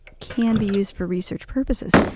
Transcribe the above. can be used for research purposes.